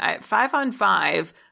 five-on-five –